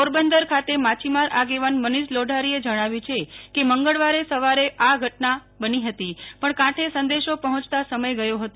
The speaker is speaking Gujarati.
પોરબંદર ખાતે માછીમાર આગેવાન મનીષ લોઢારીએ જણાવ્યું છે કે મંગળવારે વહેલી સવારે આ ઘટના બની હતી પણ કાંઠે સંદેશો પહોંચતા સમય ગયો હતો